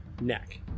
neck